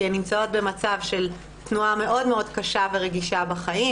כי הן נמצאות במצב של תנועה מאוד מאוד קשה ורגישה בחיים,